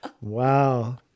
Wow